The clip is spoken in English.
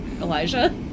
elijah